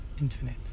infinite